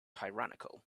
tyrannical